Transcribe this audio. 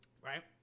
Right